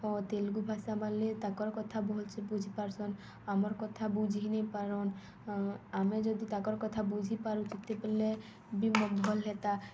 ଓ ତେଲୁଗୁ ଭାଷା ବାଲେ ତାକର୍ କଥା ଭଲ୍ସେ ବୁଝିପାର୍ସନ୍ ଆମର୍ କଥା ବୁଝିନିପାରନ୍ ଆମେ ଯଦି ତାକର୍ କଥା ବୁଝିପାରୁଥିତେ ବେଲେ ଭଲ୍ ହେତା